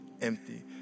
empty